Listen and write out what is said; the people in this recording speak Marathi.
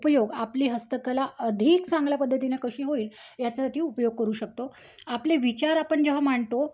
उपयोग आपली हस्तकला अधिक चांगल्या पद्धतीने कशी होईल याच्यासाठी उपयोग करू शकतो आपले विचार आपण जेव्हा मांडतो